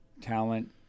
talent